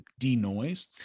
denoise